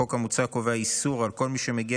החוק המוצע קובע איסור על כל מי שמגיע